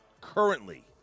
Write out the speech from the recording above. currently